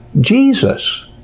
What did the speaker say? Jesus